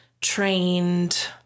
trained